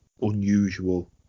unusual